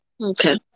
Okay